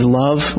love